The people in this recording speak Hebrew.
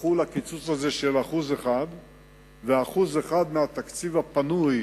יחול הקיצוץ הזה של 1%. ו-1% מהתקציב הפנוי